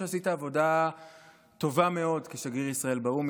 שעשית עבודה טובה מאוד כשגריר ישראל באו"ם.